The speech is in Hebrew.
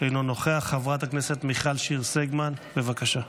אינו נוכח, חברת הכנסת מיכל שיר סגמן, בבקשה.